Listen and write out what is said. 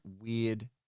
weird